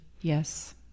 Yes